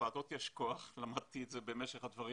ולוועדות יש כוח, למדתי את זה במשך הזמן